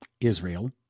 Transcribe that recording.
Israel